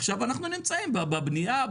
עכשיו אנחנו נמצאים בבנייה,